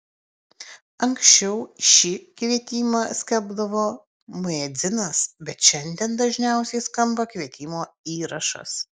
anksčiau šį kvietimą skelbdavo muedzinas bet šiandien dažniausiai skamba kvietimo įrašas